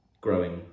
growing